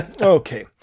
okay